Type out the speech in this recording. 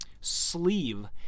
sleeve